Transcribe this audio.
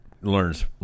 learns